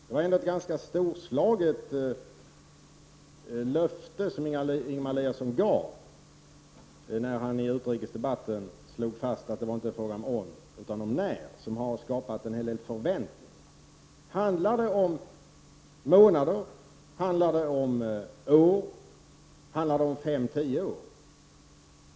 Det var ändå ett ganska storslaget löfte som Ingemar Eliasson gav när han i utrikesdebatten slog fast att det inte var fråga om om utan om när, ett löfte som skapat en hel del förväntningar. Handlar det om månader, handlar det om år, handlar det om fem eller tio år?